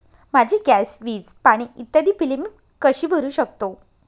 माझी गॅस, वीज, पाणी इत्यादि बिले मी कशी भरु शकतो?